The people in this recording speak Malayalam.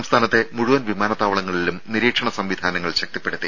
സംസ്ഥാനത്തെ മുഴുവൻ വിമാനത്താവളങ്ങളിലും നിരീക്ഷണ സംവിധാനങ്ങൾ ശക്തിപ്പെടുത്തി